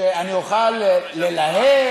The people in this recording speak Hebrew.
שאני אוכל ללהג,